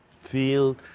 feel